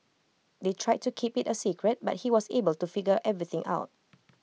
they tried to keep IT A secret but he was able to figure everything out